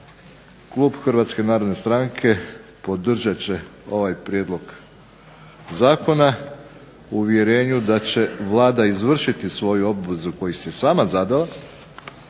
klub Hrvatske narodne stranke podržat će ovaj prijedlog zakona u uvjerenju da će Vlada izvršiti svoju obvezu koju si je sama zadala,